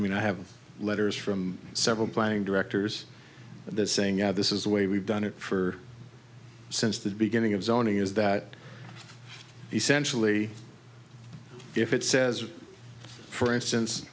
i mean i have letters from several planning directors and they're saying yeah this is the way we've done it for since the beginning of zoning is that essentially if it says for instance